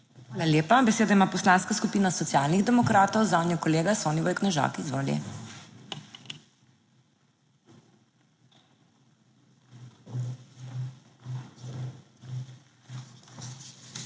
Hvala lepa. Besedo ima Poslanska skupina Socialnih demokratov, zanjo kolega Soniboj Knežak. Izvoli.